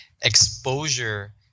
exposure